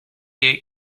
eight